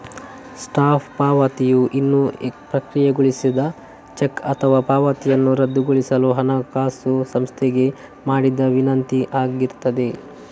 stop ಪಾವತಿಯು ಇನ್ನೂ ಪ್ರಕ್ರಿಯೆಗೊಳಿಸದ ಚೆಕ್ ಅಥವಾ ಪಾವತಿಯನ್ನ ರದ್ದುಗೊಳಿಸಲು ಹಣಕಾಸು ಸಂಸ್ಥೆಗೆ ಮಾಡಿದ ವಿನಂತಿ ಆಗಿರ್ತದೆ